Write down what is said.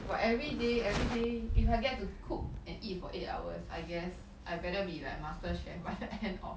but everyday everyday if I get to cook and eat for eight hours I guess I better be like master chef by the end of